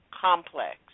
complex